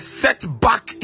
setback